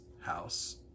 house